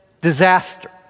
disaster